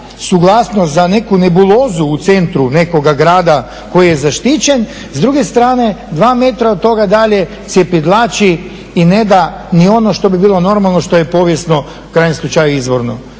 suglasnost za neku nebulozu u centru nekoga grada koji je zaštićen, s druge strane dva metra od toga dalje cjepidlači i ne da ni ono što bi bilo normalno, što je povijesno u krajnjem slučaju izvorno.